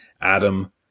Adam